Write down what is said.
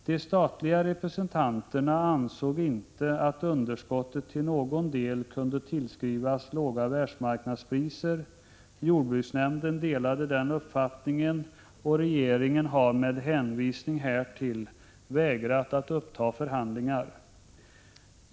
De statliga representanterna ansåg inte att underskottet till någon del kunde tillskrivas låga världsmarknadspriser. Jordbruksnämnden delade den uppfattningen, och regeringen har med hänvisning härtill vägrat att uppta förhandlingar.